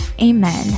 Amen